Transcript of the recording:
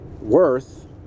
worth